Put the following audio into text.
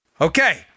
Okay